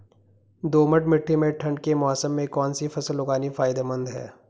दोमट्ट मिट्टी में ठंड के मौसम में कौन सी फसल उगानी फायदेमंद है?